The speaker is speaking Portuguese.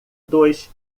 dois